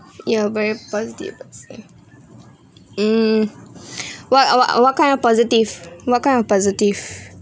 you are very positive mm what ah what what kind of positive what kind of positive